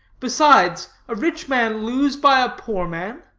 besides, a rich man lose by a poor man?